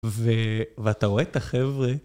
ואתה רואה את החבר'ה?